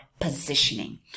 positioning